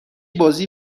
بازی